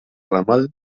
ramal